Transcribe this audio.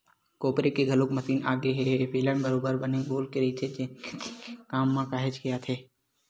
कोपरे के घलोक मसीन आगे ए ह बेलन बरोबर बने गोल के रहिथे जेन खेती के काम म काहेच के आथे